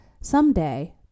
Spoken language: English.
someday